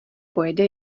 pojede